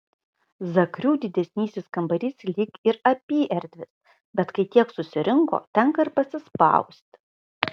zakrių didesnysis kambarys lyg ir apyerdvis bet kai tiek susirinko tenka ir pasispausti